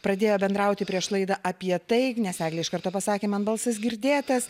pradėjo bendrauti prieš laidą apie taip nes eglė iš karto pasakė man balsas girdėtas